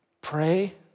Pray